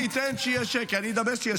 אני אדבר כשיהיה שקט.